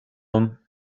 him